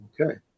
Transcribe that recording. Okay